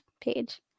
page